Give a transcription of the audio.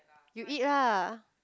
you eat lah